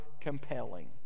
compelling